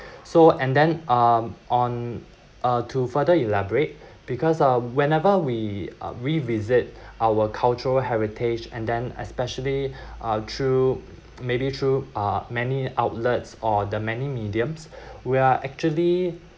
so and then um on uh to further elaborate because uh whenever we revisit our cultural heritage and then especially uh through maybe through uh many outlets or the many mediums we're actually